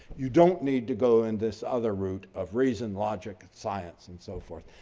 you don't need to go in this other route of reason, logic, science and so forth.